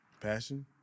Passion